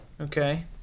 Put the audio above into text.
Okay